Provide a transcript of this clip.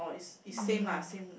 mm